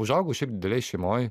užaugau šiaip didelėj šeimoj